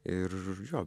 ir jo